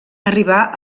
arribar